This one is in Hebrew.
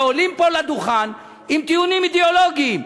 ועולים פה לדוכן עם טיעונים אידיאולוגיים.